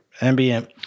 ambient